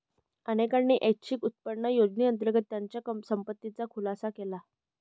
अनेकांनी ऐच्छिक उत्पन्न योजनेअंतर्गत त्यांच्या संपत्तीचा खुलासा केला